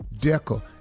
decker